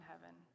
heaven